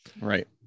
Right